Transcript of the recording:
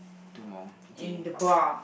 two more okay